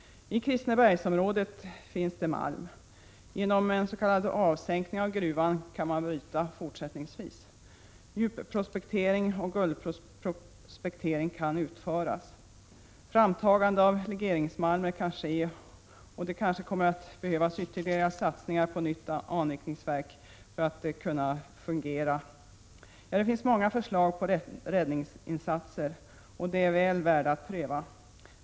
I Kristinebergsområdet finns det malm. Genom en s.k. avsänkning av gruvan kan malm brytas fortsättningsvis. Djupprospektering och guldprospektering kan utföras. Framtagande av legeringsmalmer kan ske, och det kanske kommer att behövas ytterligare satsningar på nytt anrikningsverk för att det skall kunna fungera. Ja, det finns många förslag till räddningsinsatser, och de är väl värda att pröva.